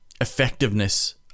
effectiveness